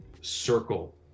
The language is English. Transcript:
circle